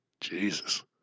Jesus